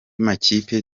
makipe